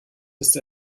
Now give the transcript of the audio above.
ist